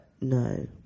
no